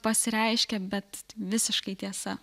pasireiškė bet visiškai tiesa